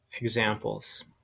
examples